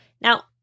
Now